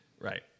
right